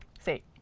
see.